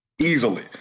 easily